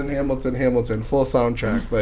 and hamilton, hamilton full soundtrack but